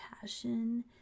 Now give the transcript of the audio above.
Passion